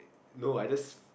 no I just